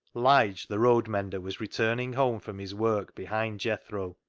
lige, the road-mender, was returning home from his work behind jethro,